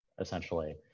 essentially